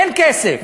אין כסף.